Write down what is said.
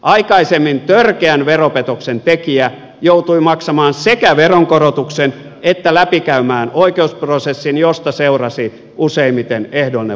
aikaisemmin törkeän veropetoksen tekijä joutui sekä maksamaan veronkorotuksen että läpikäymään oikeusprosessin josta seurasi useimmiten ehdollinen vankeus